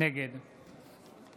נגד